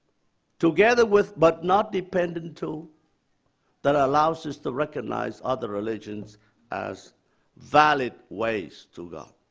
together with but not dependent to that allows us to recognize other religions as valid ways to god.